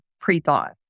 pre-thought